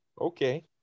Okay